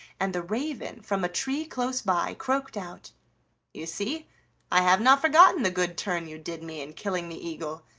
and the raven from a tree close by croaked out you see i have not forgotten the good turn you did me in killing the eagle.